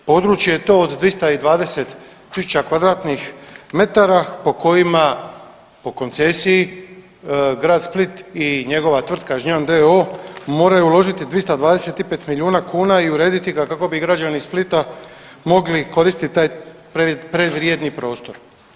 Područje je to od 220 tisuća kvadratnih metara po kojima po koncesiji grad Split i njegova tvrtka Žnjan d.o.o. moraju uložiti 225 milijuna kuna i urediti ga kako bi građani Splita mogli koristiti taj prevrijedni prostor.